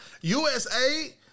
USA